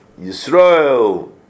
Yisrael